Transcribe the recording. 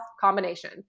combination